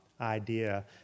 idea